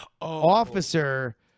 officer